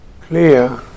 clear